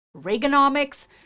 Reaganomics